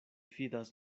fidas